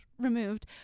removed